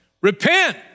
repent